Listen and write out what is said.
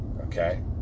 Okay